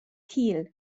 kiel